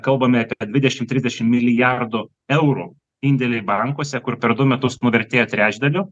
kalbame apie dvidešim trisdešim milijardų eurų indėliai bankuose kur per du metus nuvertėja trečdaliu